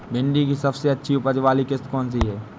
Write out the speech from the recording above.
भिंडी की सबसे अच्छी उपज वाली किश्त कौन सी है?